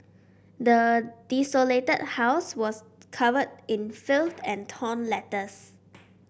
the desolated house was covered in filth and torn letters